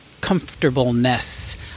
comfortableness